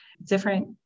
different